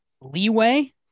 leeway